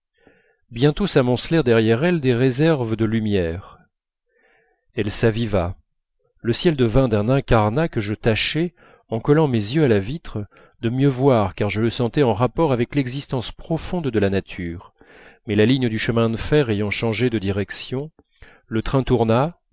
bientôt s'amoncelèrent derrière elle des réserves de lumière elle s'aviva le ciel devint d'un incarnat que je tâchais en collant mes yeux à la vitre de mieux voir car je le sentais en rapport avec l'existence profonde de la nature mais la ligne du chemin de fer ayant changé de direction le train tourna